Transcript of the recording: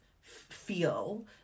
feel